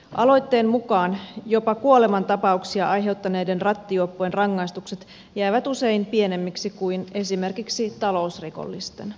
aloitteen mukaan jopa kuolemantapauksia aiheuttaneiden rattijuoppojen rangaistukset jäävät usein pienemmiksi kuin esimerkiksi talousrikollisten